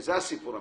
זה הסיפור המרכזי.